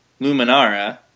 Luminara